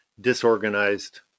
disorganized